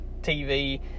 tv